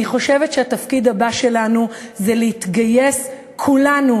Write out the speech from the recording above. אני חושבת שהתפקיד הבא שלנו זה להתגייס כולנו